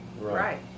Right